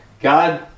God